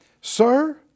Sir